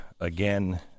again